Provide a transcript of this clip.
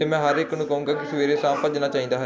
ਅਤੇ ਮੈਂ ਹਰ ਇੱਕ ਨੂੰ ਕਹਾਂਗਾ ਕਿ ਸਵੇਰੇ ਸ਼ਾਮ ਭੱਜਣਾ ਚਾਹੀਦਾ ਹੈ